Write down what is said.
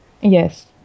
Yes